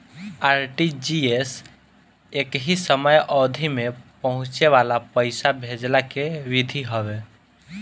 RTGS एकही समय अवधि में पहुंचे वाला पईसा भेजला के विधि हवे